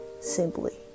simply